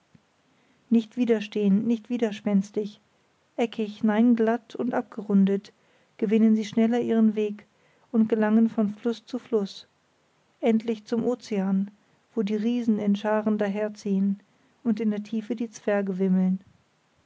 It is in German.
nicht widerstehend nicht widerspenstig eckig nein glatt und abgerundet gewinnen sie schneller ihren weg und gelangen von fluß zu fluß endlich zum ozean wo die riesen in scharen daherziehen und in der tiefe die zwerge wimmeln